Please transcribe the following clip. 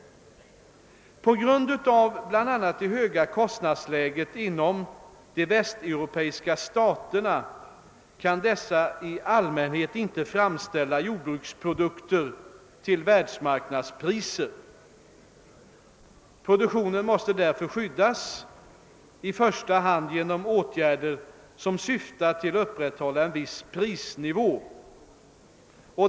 På grund av bl.a. det höga kostnadsläget inom de västeuropeiska staterna kan dessa i allmänhet inte framställa jordbruksprodukter = till världsmarknadspriser. Produktionen måste därför skyddas, i första hand genom åtgärder som syftar till att upprätthålla en viss prisnivå.